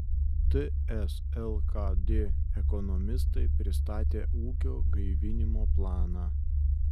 ts lkd ekonomistai pristatė ūkio gaivinimo planą